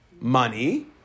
Money